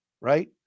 right